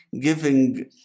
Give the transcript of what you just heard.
giving